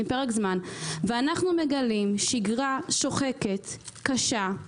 ואנחנו מגלים שגרה שוחקת וקשה,